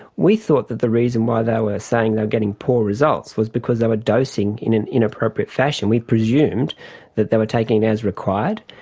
we thought that the reason why they were saying they were getting poor results was because they were dosing in an inappropriate fashion. we presumed that they were taking as required,